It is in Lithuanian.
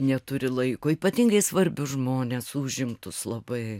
neturi laiko ypatingai svarbius žmones užimtus labai